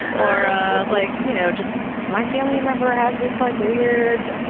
or ah like you know just my family member has this, like, weird,